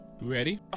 Ready